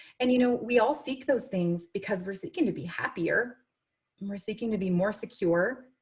and, you know, we all seek those things because we're seeking to be happier and we're seeking to be more secure.